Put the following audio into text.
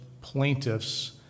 plaintiffs